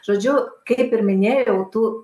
žodžiu kaip ir minėjau tų